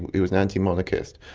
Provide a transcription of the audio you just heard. he was an antimonarchist.